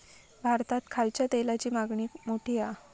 भारतात खायच्या तेलाची मागणी मोठी हा